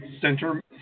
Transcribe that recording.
center